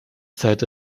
zeit